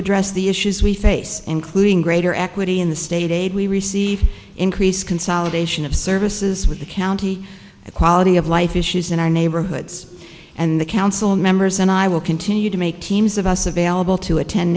address the issues we face including greater equity in the state aid we receive increased consolidation of services with the county the quality of life issues in our neighborhoods and the council members and i will continue to make teams of us available to attend